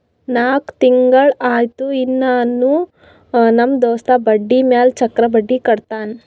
ನಾಕ್ ತಿಂಗುಳ ಆಯ್ತು ಇನ್ನಾನೂ ನಮ್ ದೋಸ್ತ ಬಡ್ಡಿ ಮ್ಯಾಲ ಚಕ್ರ ಬಡ್ಡಿ ಕಟ್ಟತಾನ್